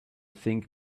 think